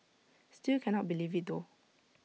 still cannot believe IT though